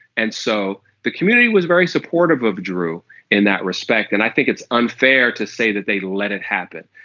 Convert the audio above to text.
and so the community was very supportive of drew in that respect and i think it's unfair to say that they let it happen.